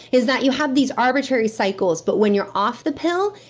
is that you have these arbitrary cycles. but when you're off the pill,